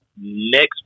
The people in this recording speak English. Next